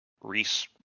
Reese